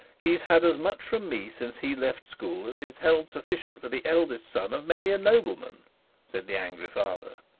he's had as much from me since he left school as is held sufficient for the eldest son of many a nobleman said the angry father.